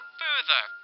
further